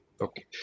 Okay